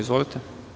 Izvolite.